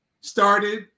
started